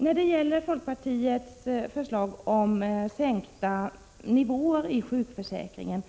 När det gäller folkpartiets förslag om att sänka nivåerna i sjukförsäkringen